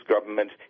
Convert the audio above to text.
government